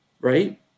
right